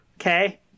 Okay